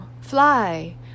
fly